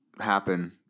happen